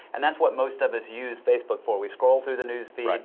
and that's what most of us use facebook for, we scroll through the news feed. right.